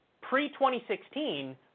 pre-2016